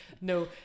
no